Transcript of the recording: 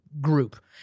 group